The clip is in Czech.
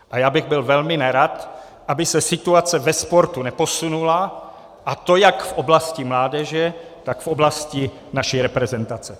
A já bych byl velmi nerad, aby se situace ve sportu neposunula, a to jak v oblasti mládeže, tak v oblasti naší reprezentace.